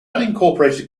unincorporated